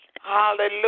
Hallelujah